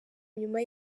nyuma